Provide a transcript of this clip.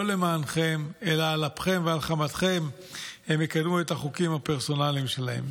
לא למענכם אלא על אפכם ועל חמתכם הם יקדמו את החוקים הפרסונליים שלהם.